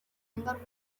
ngaruka